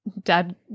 dad